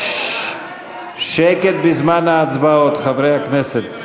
שקט בזמן ההצבעות, חברי הכנסת.